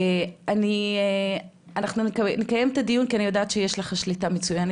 קצת כואב ואני לא יודע מאיזה נקודה להתחיל כי זה מאוד מאוד כואב.